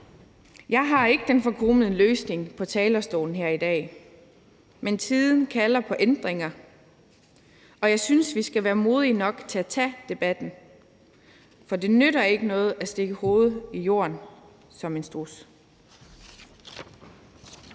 Jeg har ikke den forkromede løsning på talerstolen her i dag, men tiden kalder på ændringer, og jeg synes, vi skal være modige nok til at tage debatten, for det nytter ikke noget at stikke hovedet i busken som en struds.